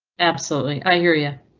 absolutely, i hear ya.